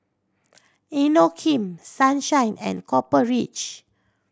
Inokim Sunshine and Copper Ridge